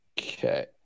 okay